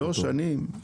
שלוש שנים?